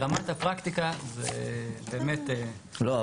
ברמת הפרקטיקה באמת --- לא,